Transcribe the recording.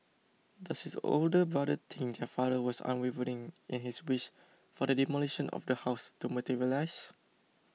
does his older brother think their father was unwavering in his wish for the demolition of the house to materialise